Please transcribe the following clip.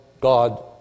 God